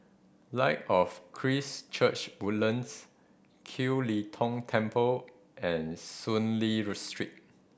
Light of Christ Church Woodlands Kiew Lee Tong Temple and Soon Lee Street